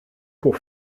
pour